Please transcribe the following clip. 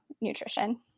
nutrition